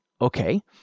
okay